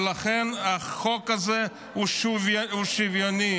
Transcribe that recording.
לכן החוק הזה הוא שוויוני,